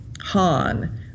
Han